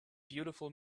beautiful